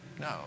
No